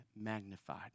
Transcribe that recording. magnified